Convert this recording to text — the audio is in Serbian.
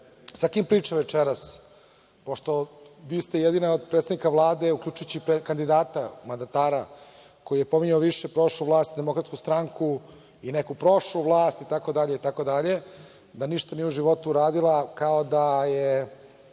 sa kim pričam večeras, pošto vi ste jedina od predstavnika Vlade, uključujući kandidata, mandatara, koji je pominjao više prošlu vlast, DS i neku prošlu vlast itd, da ništa nije u životu uradila, kao da je